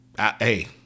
Hey